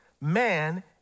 man